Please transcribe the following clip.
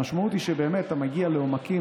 המשמעות היא שבאמת אתה מגיע לעומקים